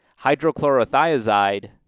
hydrochlorothiazide